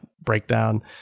breakdown